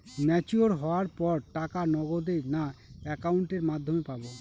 Mature হওয়ার পর টাকা নগদে না অ্যাকাউন্টের মাধ্যমে পাবো?